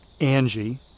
Angie